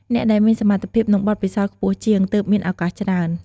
អ្នកដែលមានសមត្ថភាព និងបទពិសោធន៍ខ្ពស់ជាង ទើបមានឱកាសច្រើន។